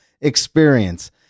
experience